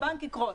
הבנק יקרוס.